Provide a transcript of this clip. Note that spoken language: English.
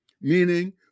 Meaning